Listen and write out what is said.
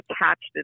attached